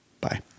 Bye